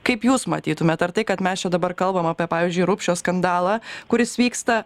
kaip jūs matytumėt ar tai kad mes čia dabar kalbam apie pavyzdžiui rupšio skandalą kuris vyksta